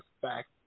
fact